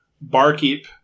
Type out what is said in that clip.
barkeep